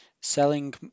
selling